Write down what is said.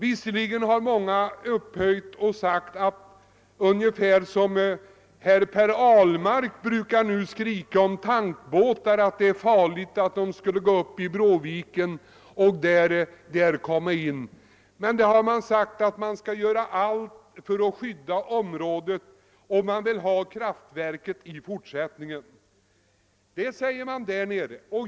Visserligen har en del uppträtt och påstått ungefär detsamma som Per Ahlmark brukar skrika om, att det är farligt att föra in tankbåtar i Bråviken. Men det har sagts att allt skall göras för att skydda området, och de som bor där nere vill ha kraftverk.